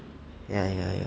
ya ya ya